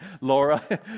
laura